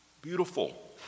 beautiful